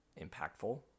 impactful